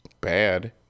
bad